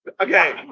Okay